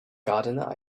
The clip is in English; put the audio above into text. gardener